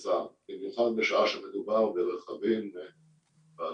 וכך זה נעשה.